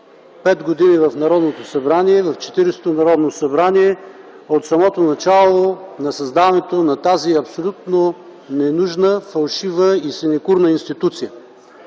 пет години в Народното събрание – и в 40-то Народно събрание, от самото начало на създаването на тази абсолютно ненужна, фалшива и синекурна институция.